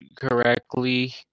correctly